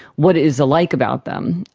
what is alike about them?